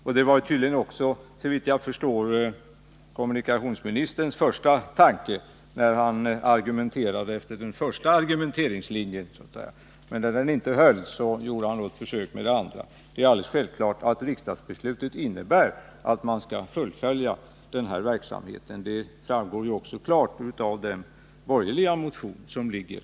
Detta var tydligen, såvitt jag förstår, också kommunikationsministerns första tanke, när han argumenterade efter den första linjen. Men när den inte höll gjorde han ett försök med den andra. Men det är som sagt alldeles självklart att riksdagsbeslutet innebär att man skall fullfölja denna verksamhet. Det framgår också klart av den borgerliga motion som föreligger.